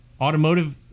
automotive